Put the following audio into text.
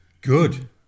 Good